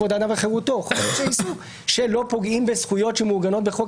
כבוד האדם וחירותו שלא פוגעים בזכויות שמעוגנות בחוק